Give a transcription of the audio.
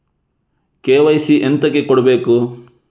KYC ಎಂತಕೆ ಕೊಡ್ಬೇಕು?